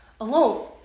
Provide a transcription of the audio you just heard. alone